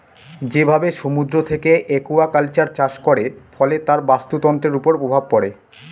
যেভাবে সমুদ্র থেকে একুয়াকালচার চাষ করে, ফলে তার বাস্তুতন্ত্রের উপর প্রভাব পড়ে